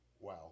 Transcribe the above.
wow